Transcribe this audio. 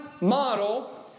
model